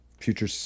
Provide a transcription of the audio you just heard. future